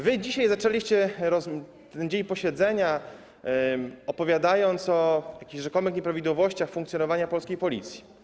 Wy dzisiaj zaczęliście dzień posiedzenia od opowiadania o jakichś rzekomych nieprawidłowościach w funkcjonowaniu polskiej Policji.